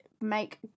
make